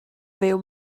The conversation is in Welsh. fyw